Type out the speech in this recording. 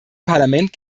parlament